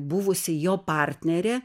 buvusi jo partnerė